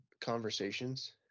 Conversations